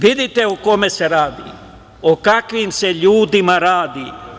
Vidite o kome se radi, o kakvim se ljudima radi.